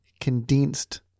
condensed